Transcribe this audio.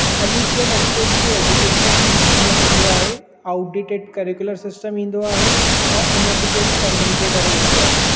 unequal access to education में ईंदो आहे आउटडेटिड करिकुलर सिस्टम ईंदो आहे ऐं इनऐडूकेट फंडिंग जे करे ईंदो आहे